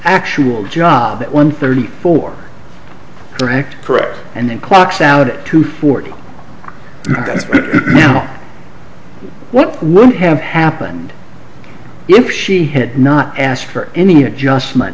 actual job at one thirty four correct correct and then clocks out to forty what would have happened if she had not asked for any adjustment